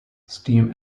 steam